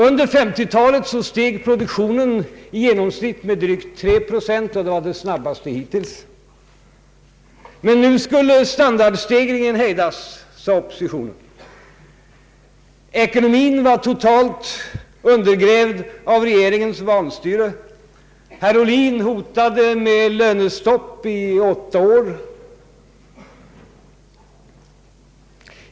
Under 1950-talet steg produktionen i genomsnitt med drygt 3 procent, och det var det snabbaste hittills, men oppositionen sade att standardsteringen skulle komma att hejdas — ekonomin var totalt undergrävd av regeringens vanstyre. Herr Ohlin hotade med lönestopp i åtta år.